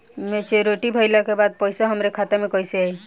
Maturity भईला के बाद पईसा हमरे खाता में कइसे आई?